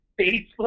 facebook